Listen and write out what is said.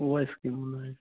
उहा स्कीम ॿुधायो